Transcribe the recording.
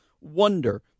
wonder